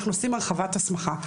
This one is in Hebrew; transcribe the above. אנחנו עושים הרחבת הסמכה.